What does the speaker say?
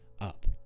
up